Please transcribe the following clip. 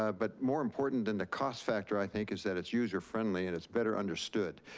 ah but more important than the cost factor i think is that it's user-friendly and it's better understood.